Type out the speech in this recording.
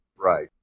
Right